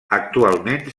actualment